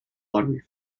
lottery